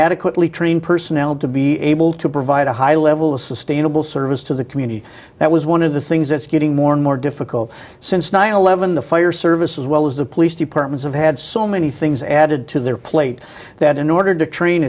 adequate we trained personnel to be able to provide a high level of sustainable service to the community that was one of the things that's getting more and more difficult since nine eleven the fire service as well as the police departments have had so many things added to their plate that in order to train